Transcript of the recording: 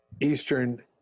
Eastern